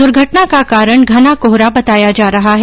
दुर्घटना का कारण घना कोहरा बताया जा रहा है